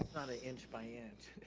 not an inch-by-inch.